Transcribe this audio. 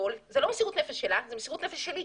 זה לא מסירות נפש שלה, זה מסירות נפש שלי.